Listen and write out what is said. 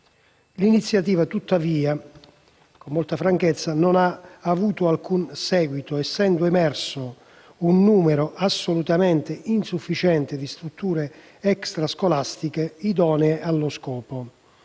L'iniziativa, tuttavia, con molta franchezza, non ha avuto alcun seguito, essendo emerso un numero assolutamente insufficiente di strutture extrascolastiche idonee allo scopo.